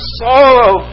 sorrow